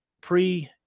pre